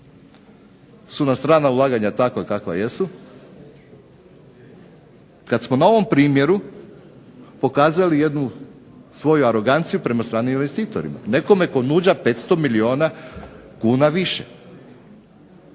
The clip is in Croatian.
su nam strana ulaganja takva kakva jesu, kada smo na ovom primjeru pokazali jednu svoju aroganciju prema stranim investitorima. Nekome tko nudi 500 milijuna kuna više.